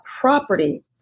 property